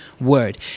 word